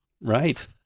Right